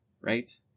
right